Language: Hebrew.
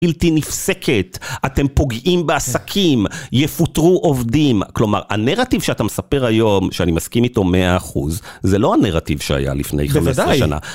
בלתי נפסקת, אתם פוגעים בעסקים, יפוטרו עובדים. כלומר, הנרטיב שאתה מספר היום, שאני מסכים איתו 100 אחוז, זה לא הנרטיב שהיה לפני חמש עשרה שנה. בוודאי...